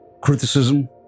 criticism